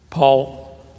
Paul